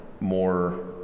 more